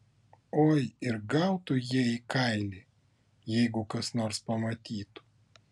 oi ir gautų jie į kailį jeigu kas nors pamatytų